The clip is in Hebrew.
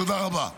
תודה רבה.